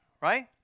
Right